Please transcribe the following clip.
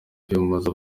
kwiyamamaza